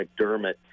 McDermott